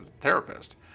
therapist